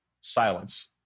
silence